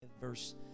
Verse